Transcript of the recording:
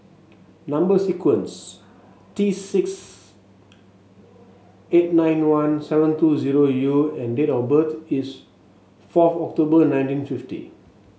number sequence T six eight nine one seven two zero U and date of birth is fourth October nineteen fifty